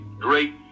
great